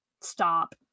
stop